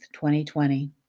2020